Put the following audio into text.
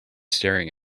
staring